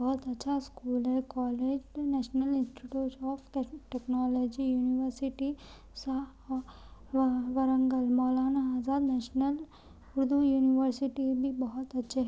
بہت اچھا اسکول ہے college national institute of technology university وا وارنگل مولانا آزاد نیشنل اردو یونیورسٹی بھی بہت اچھے ہیں